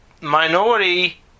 minority